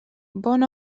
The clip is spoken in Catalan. bon